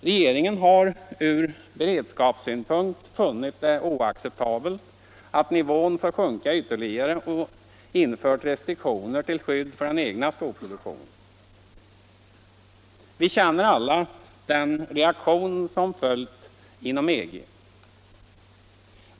Regeringen har ur beredskapssynpunkt funnit det oacceptabelt att nivån får sjunka ytterligare och infört restriktioner till skydd för den svenska skoproduktionen. Vi känner alla till den reaktion som följt inom EG.